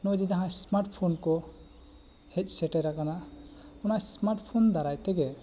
ᱱᱚᱜᱼᱚᱭ ᱡᱮ ᱡᱟᱦᱟᱸ ᱤᱥᱢᱟᱴ ᱯᱷᱚᱱ ᱠᱚ ᱦᱮᱡ ᱥᱮᱴᱮᱨ ᱟᱠᱟᱱᱟ ᱚᱱᱟ ᱤᱥᱢᱟᱴ ᱯᱷᱚᱱ ᱫᱟᱨᱟᱭ ᱛᱮᱜᱮ